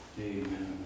Amen